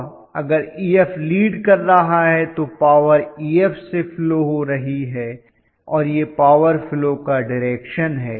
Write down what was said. अगर Ef lead कर रहा है तो पावर Ef से फ्लो हो रही है और यह पावर फ्लो का डिरेक्शन है